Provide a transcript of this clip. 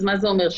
אז מה זה אומר?